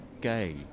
gay